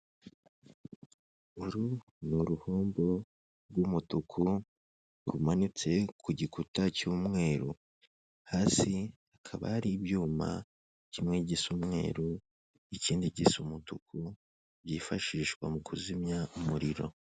Uru ni uruhombo rw'umutuku rumanitse ku gikuta cy'umweru, hasi hakaba hari ibyuma kimwe gisa umweru ikindi gisa umutuku, byifashishwa mu kuzimya umuriro.